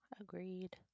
Agreed